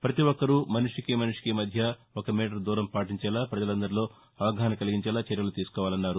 ప్రపతి ఒక్కరూ మనిషికి మనిషికి మధ్య ఒక మీటర్ దూరం పాటించేలా ప్రజలందరిలో అవగాహన కలిగించేలా చర్యలు తీసుకోవాలన్నారు